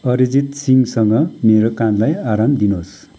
अरिजित सिंहसँग मेरो कानलाई आराम दिनुहोस्